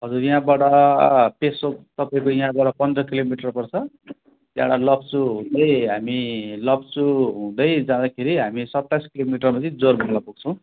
हजुर यहाँबाट पेसोक तपाईँको यहाँबाट पन्ध्र किलोमिटर पर्छ त्यहाँबाट लप्चू हुँदै हामी लप्चू हुँदै जाँदाखेरि हामी सत्ताइस किलोमिटरमा चाहिँ जोरबङ्गला पुग्छौँ